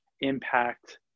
impact